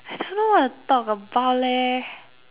I don't know what to talk about leh